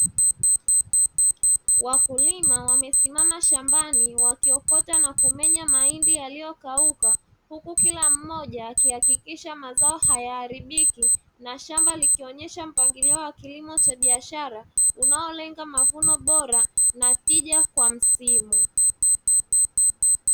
Wakulima wamesimama shambani wakiokota na kumenya mahindi yaliyokauka huku kila mmoja akihakikisha mazao hayaharibiki na shamba likionyesha mpangilio wa kilimo cha biashara unaolenga mavuno bora na tija kwa msimu.